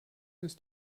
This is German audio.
ist